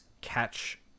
catch